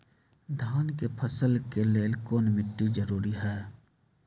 धान के फसल के लेल कौन मिट्टी जरूरी है?